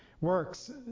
works